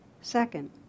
Second